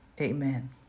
amen